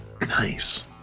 Nice